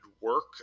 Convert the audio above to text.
work